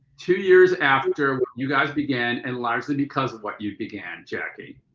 two years after you guys began, and largely because of what you began, jackie.